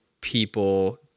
people